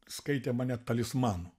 skaitė mane talismanu